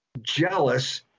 jealous